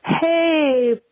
Hey